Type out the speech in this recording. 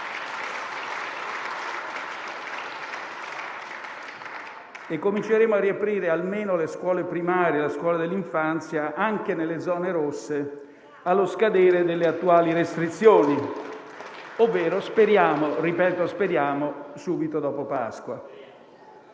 Cominceremo a riaprire almeno le scuole primarie e la scuola dell'infanzia, anche nelle zone rosse, allo scadere delle attuali restrizioni, ovvero speriamo di poterlo fare